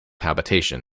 habitation